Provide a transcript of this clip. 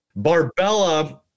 Barbella